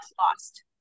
lost